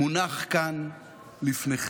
מונח כאן לפניכם?